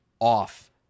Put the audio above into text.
off